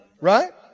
Right